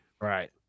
right